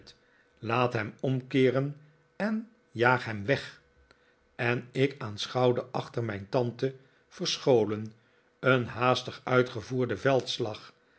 laat hem omkeeren en jaag hem weg en ik aanschouwde achter mijn tante verscholen een haastig uitgevoerden veldslag